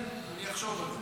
אני אחשוב על זה.